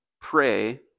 Pray